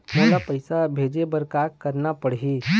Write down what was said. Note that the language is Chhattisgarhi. मोला पैसा भेजे बर का करना पड़ही?